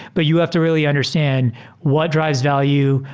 but you have to really understand what dr ives value,